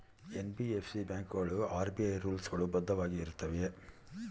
NBFC ಬ್ಯಾಂಕುಗಳು RBI rules ಗಳು ಬದ್ಧವಾಗಿ ಇರುತ್ತವೆಯ?